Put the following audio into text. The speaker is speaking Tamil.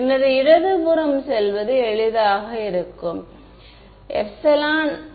எனவே இடது புறம் செல்வது எளிதாக இருக்கும்